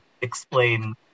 explain